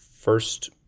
first